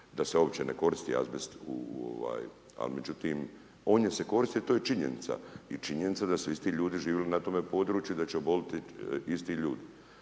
da se uopće ne koristi azbest. Al, međutim, on se je koristio i to je činjenica i činjenica da su isti ljudi živjeli na tome području, da će oboljeti isti ljudi.